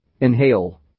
Inhale